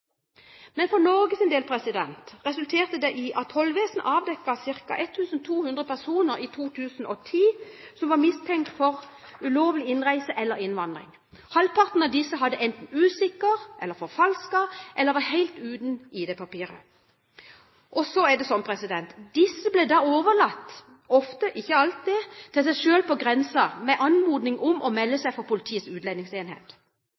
For Norges del resulterte det i at tollvesenet avdekket ca. 1 200 personer i 2010, som var mistenkt for ulovlig innreise eller innvandring. Halvparten av disse hadde enten usikker eller forfalsket identitet eller var helt uten ID-papirer. Disse ble overlatt – ofte, ikke alltid – til seg selv på grensen med anmodning om å melde